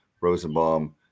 Rosenbaum